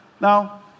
Now